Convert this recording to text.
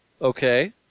Okay